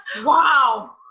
wow